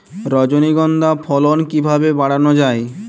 রজনীগন্ধা ফলন কিভাবে বাড়ানো যায়?